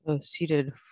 Seated